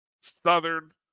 Southern